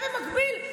במקביל,